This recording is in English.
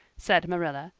said marilla,